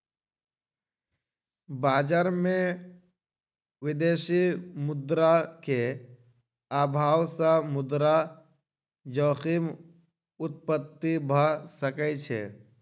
बजार में विदेशी मुद्रा के अभाव सॅ मुद्रा जोखिम उत्पत्ति भ सकै छै